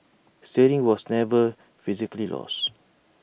steering was never physically lost